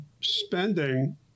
spending